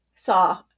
saw